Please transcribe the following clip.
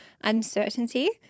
uncertainty